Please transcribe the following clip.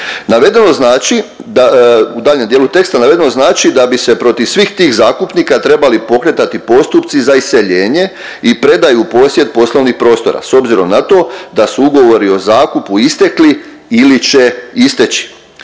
protivnom bi se protiv svih tih zakupnika trebali pokretati postupci za iseljenje i predaju u posjed poslovnog prostora s obzirom na to da su ugovori o zakupu istekli ili će isteći